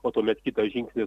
o tuomet kitas žingsnis